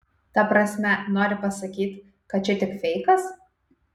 ta prasme nori pasakyt kad čia tik feikas